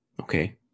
Okay